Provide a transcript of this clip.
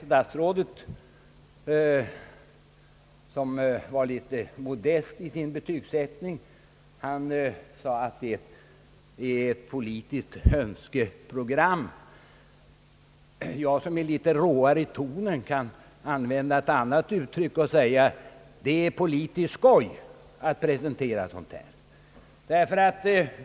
Statsrådet, som var modest i sin betygssättning, sade att förslaget är ett politiskt önskeprogram. Jag, som är litet råare i tonen, vill använda ett annat uttryck och säga att det är politiskt skoj att presentera ett sådant förslag.